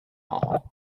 all